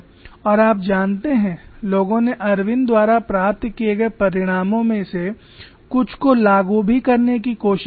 और आप जानते हैं लोगों ने इरविन द्वारा प्राप्त किए गए परिणामों में से कुछ को लागू भी करने की कोशिश की है